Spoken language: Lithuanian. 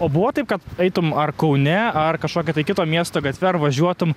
o buvo taip kad eitum ar kaune ar kažkokio tai kito miesto gatve ar važiuotum